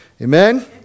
Amen